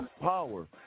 power